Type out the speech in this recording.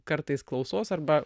kartais klausos arba